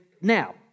Now